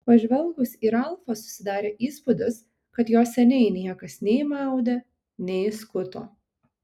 pažvelgus į ralfą susidarė įspūdis kad jo seniai niekas nei maudė nei skuto